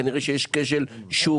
כנראה שיש כשל שוק,